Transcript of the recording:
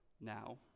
now